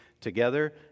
together